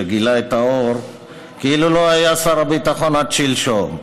שגילה את האור כאילו לא היה שר הביטחון עד שלשום,